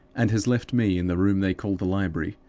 and has left me in the room they call the library,